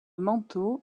manteau